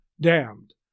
damned